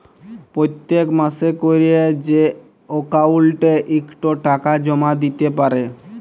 পত্তেক মাসে ক্যরে যে অক্কাউল্টে ইকট টাকা জমা দ্যিতে পারে